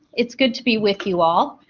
it's good to be with you all.